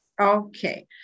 Okay